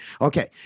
Okay